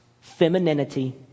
femininity